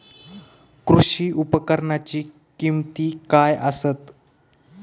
कृषी उपकरणाची किमती काय आसत?